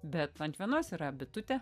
bet ant vienos yra bitutė